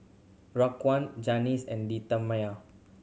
Raquan Janis and Demetria